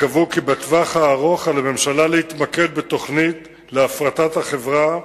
הן קבעו כי בטווח הארוך על הממשלה להתמקד בתוכנית להפרטת החברה,